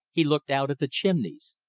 he looked out at the chimneys.